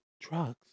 Drugs